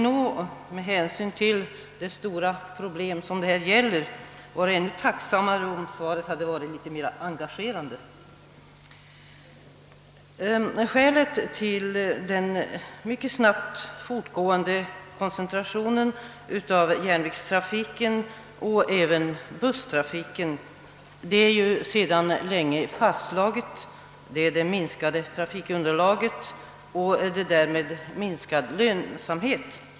Men med hänsyn till att det här gäller ett så stort problem skulle jag varit ännu tacksammare om svaret hade varit litet mera engagerande. Det är ju sedan länge fastslaget att orsaken till den mycket snabbt fortgående koncentrationen av järnvägstrafiken och busstrafiken är det minskade trafikunderlaget och den därmed minskade lönsamheten.